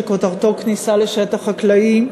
שכותרתו "כניסה לשטח חקלאי",